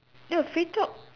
ya free talk